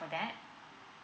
from that